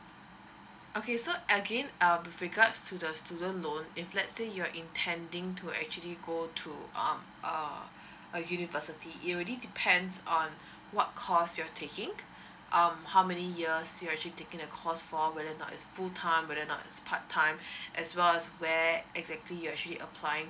okay so again um with regards to the student loan if let's say you're intending to actually go to um uh a university it really depends on what course you're taking um how many years you actually taking the course for whether or not it's full time whether or not it's part time as well as where exactly you actually applying